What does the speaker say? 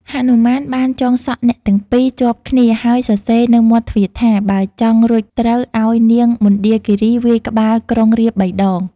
ហនុមានបានចង់សក់អ្នកទាំងពីរ ជាប់គ្នាហើយសរសេរនៅមាត់ទ្វារថា បើចង់រួចត្រូវឱ្យនាងមណ្ឌាគីរីវាយក្បាលក្រុងរាពណ៍៣ ដង។